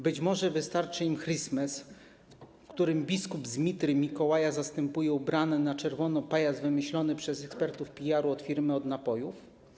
Być może wystarczy im Christmas, w którym biskupa Mitry Mikołaja zastępuje ubrany na czerwono pajac wymyślony przez ekspertów PR firmy od napojów?